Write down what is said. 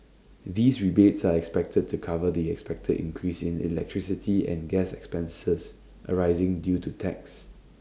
these rebates are expected to cover the expected increase in electricity and gas expenses arising due to tax